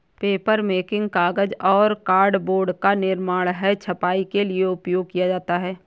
papermaking कागज और cardboard का निर्माण है छपाई के लिए उपयोग किया जाता है